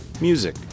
music